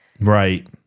Right